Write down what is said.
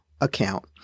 account